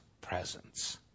presence